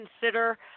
consider